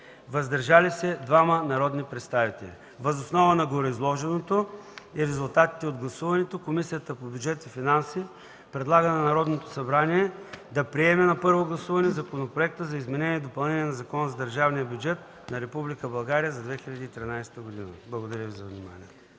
„въздържали се” – 2-ма народни представители. Въз основа на гореизложеното и резултатите от гласуването Комисията по бюджет и финанси предлага на Народното събрание да приеме на първо гласуване Законопроекта за изменение и допълнение на Закона за държавния бюджет на Република България за 2013